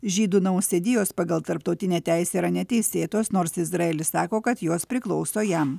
žydų nausėdijos pagal tarptautinę teisę yra neteisėtos nors izraelis sako kad jos priklauso jam